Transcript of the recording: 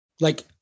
Like-